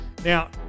Now